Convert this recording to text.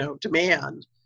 demand